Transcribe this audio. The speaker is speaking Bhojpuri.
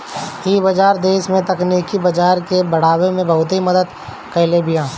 इ बाजार देस में तकनीकी बाजार के बढ़ावे में बहुते मदद कईले बिया